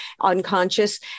unconscious